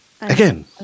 Again